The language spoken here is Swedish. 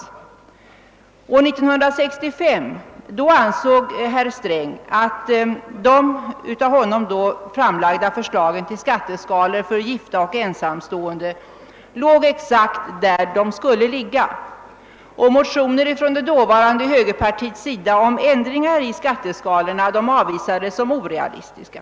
År 1965 ansåg herr Sträng att de av honom då' framlagda förslagen till skatteskalor för gifta och ensamstående låg exakt där de borde ligga, och motioner från det dåvarande högerpartiets sida om ändringar i skatteskalorna avvisades såsom orealistiska.